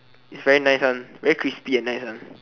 it's very nice one very crispy and nice one